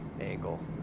angle